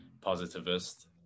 positivist